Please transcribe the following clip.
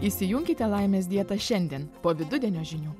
įsijunkite laimės dietą šiandien po vidudienio žinių